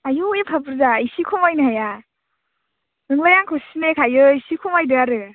आयु एफा बुरजा एसे खमायनो हाया नोंलाय आंखौ सिनायखायो एसे खमायदो आरो